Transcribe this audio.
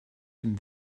dem